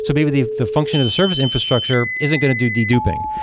so maybe the the function as a service infrastructure isn't going to do deduping,